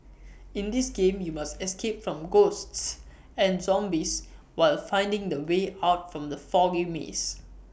in this game you must escape from ghosts and zombies while finding the way out from the foggy mazes